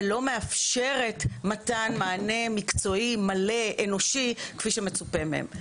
ולא מאפשרים מתן מענה מקצועי מלא ואנושי כפי שמצופה מהם.